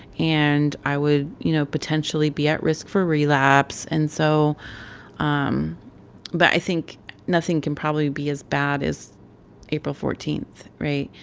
and i would, you know, potentially be at risk for relapse. and so um but i think nothing can probably be as bad as april fourteen right?